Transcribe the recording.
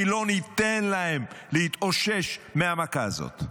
כי לא ניתן להם להתאושש מהמכה הזאת.